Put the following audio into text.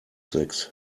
sechs